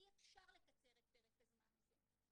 אי אפשר לקצר את פרק הזמן הזה.